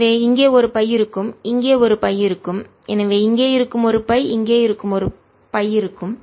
எனவே இங்கே ஒரு பை இருக்கும் இங்கே ஒரு பை இருக்கும் எனவே இங்கே இருக்கும் ஒரு பை இங்கே ஒரு பை இருக்கும்